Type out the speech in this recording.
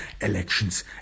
elections